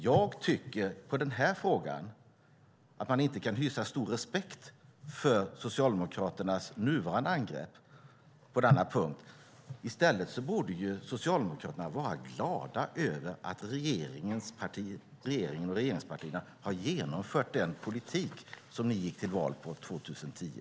Jag tycker för den här frågan att man inte kan hysa stor respekt för Socialdemokraternas nuvarande angrepp på denna punkt. I stället borde ni vara glada över att regeringen och regeringspartierna har genomfört den politik som ni gick till val på 2010.